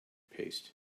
paste